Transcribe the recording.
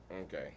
okay